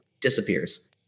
disappears